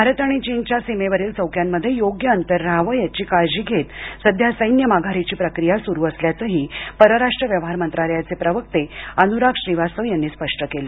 भारत आणि चीनच्या सीमेवरिल चौक्यांमध्ये योग्य अंतर रहावं याची काळजी घेत सध्या सैन्य माघारीची प्रक्रिया सुरू असल्याचंही परराष्ट्र व्यवहार मंत्रालयाचे प्रवक्ते अनुराग श्रीवास्तव यांनी स्पष्ट केलं